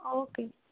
okay